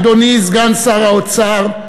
אדוני סגן שר האוצר,